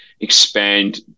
expand